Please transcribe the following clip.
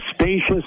spacious